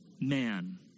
man